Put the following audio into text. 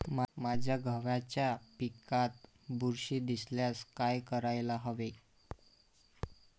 माझ्या गव्हाच्या पिकात बुरशी दिसल्यास काय करायला हवे?